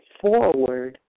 forward